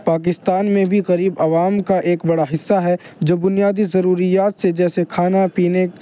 پاکستان میں بھی غریب عوام کا ایک بڑا حصہ ہے جو بنیادی ضروریات سے جیسے کھانا پینے